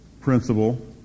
principle